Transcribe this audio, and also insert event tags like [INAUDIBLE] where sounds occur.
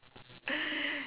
[NOISE]